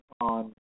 on